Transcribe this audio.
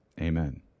Amen